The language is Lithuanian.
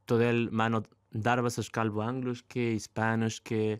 todėl mano darbas aš kalbu angliškai ispaniškai